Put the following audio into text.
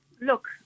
look